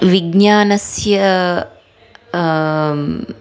विज्ञानस्य